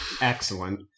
Excellent